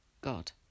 God